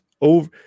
over